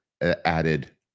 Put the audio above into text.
added